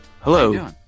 Hello